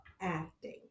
acting